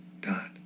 dot